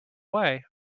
way